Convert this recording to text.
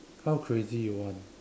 how crazy you want